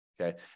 Okay